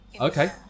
Okay